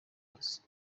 akazi